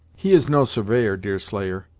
he is no surveyor, deerslayer,